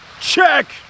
Check